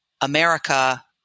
America